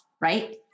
Right